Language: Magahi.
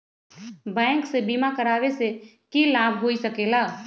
बैंक से बिमा करावे से की लाभ होई सकेला?